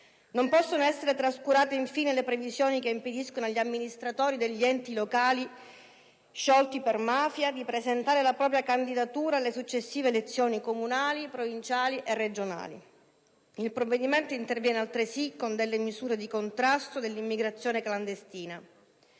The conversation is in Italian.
Non possono essere trascurate, infine, le previsioni che impediscono agli amministratori degli enti locali sciolti per mafia di presentare la propria candidatura alle successive elezioni comunali, provinciali e regionali. Il provvedimento interviene altresì con delle misure di contrasto dell'immigrazione clandestina.